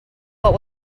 what